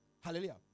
Hallelujah